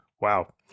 Wow